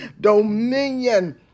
Dominion